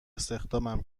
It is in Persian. استخدامم